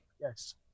Yes